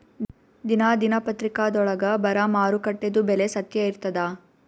ದಿನಾ ದಿನಪತ್ರಿಕಾದೊಳಾಗ ಬರಾ ಮಾರುಕಟ್ಟೆದು ಬೆಲೆ ಸತ್ಯ ಇರ್ತಾದಾ?